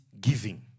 giving